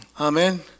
Amen